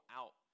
out